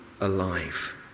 alive